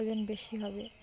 ওজন বেশি হবে